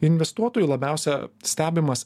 investuotojų labiausia stebimas